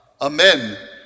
Amen